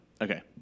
Okay